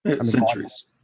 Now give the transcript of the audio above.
Centuries